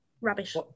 rubbish